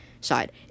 side